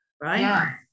right